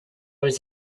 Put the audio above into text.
was